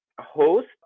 host